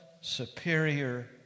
superior